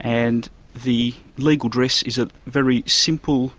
and the legal dress is a very simple